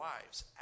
wives